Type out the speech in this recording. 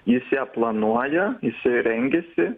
jis ją planuoja jisai rengiasi